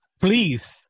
Please